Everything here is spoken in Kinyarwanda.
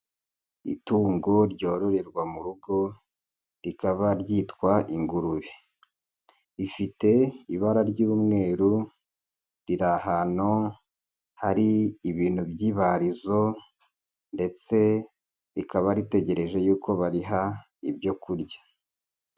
Itungo ryororerwa mu rugo rikaba ryitwa ingurube, rifite ibara ry'umweru riri ahantu hari ibintu by'ibarizo ndetse rikaba ritegereje y'uko bariha ibyo kurya.